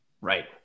right